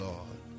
Lord